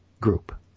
group